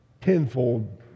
tenfold